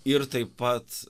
ir taip pat